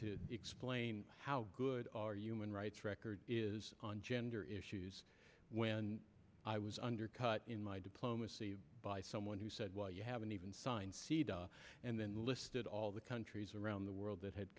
to explain how good our human rights record is on gender issues when i was undercut in my diplomacy by someone who said well you haven't even signed sida and then listed all the countries around the world that had